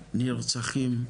הנרצחים,